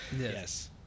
Yes